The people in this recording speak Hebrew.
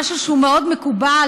משהו שהוא מאוד מקובל,